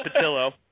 Patillo